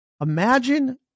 imagine